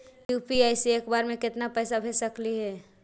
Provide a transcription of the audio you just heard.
UPI से एक बार मे केतना पैसा भेज सकली हे?